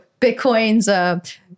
Bitcoin's